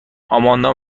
آماندا